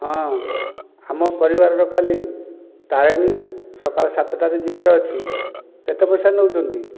ହଁ ଆମ ପରିବାର ଲୋକ କାଲି ତାରେଣୀ ସକାଳ ସାତଟାରେ ଯିବାର ଅଛି କେତେ ପଇସା ନେଉଚନ୍ତି